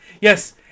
Yes